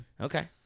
Okay